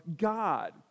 God